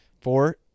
Four